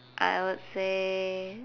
I would say